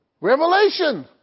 Revelation